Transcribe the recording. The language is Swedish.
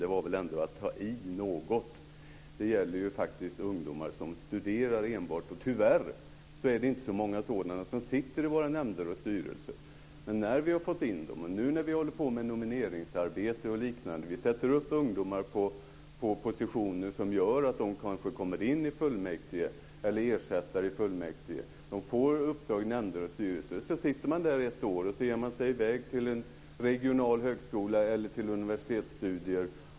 Det är väl ändå att ta i. Det gäller ju enbart de ungdomar som studerar. Tyvärr är det inte så många ungdomar som sitter med i nämnder och styrelser. Nu håller man på med nomineringsarbetet. Man föreslår ungdomar till olika positioner, och det gör att de kanske kommer in i fullmäktige eller blir ersättare där. De kan också få uppdrag i styrelser och nämnder. De kanske innehar uppdraget i ett år och sedan ger de sig i väg till en regional högskola eller till ett universitet.